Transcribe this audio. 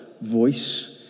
voice